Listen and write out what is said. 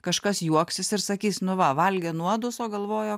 kažkas juoksis ir sakys nu va valgė nuodus o galvojo